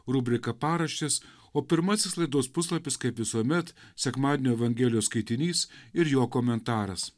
rubrika paraštės o pirmasis laidos puslapis kaip visuomet sekmadienio evangelijos skaitinys ir jo komentaras